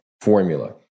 formula